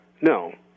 No